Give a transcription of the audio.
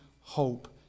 hope